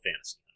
fantasy